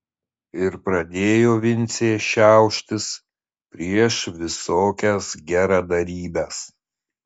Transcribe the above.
ir pradėjo vincė šiauštis prieš visokias geradarybes